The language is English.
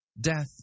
Death